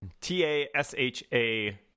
t-a-s-h-a